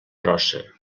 brossa